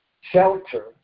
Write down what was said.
shelter